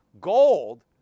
gold